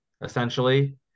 essentially